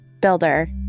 builder